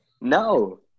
No